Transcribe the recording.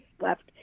left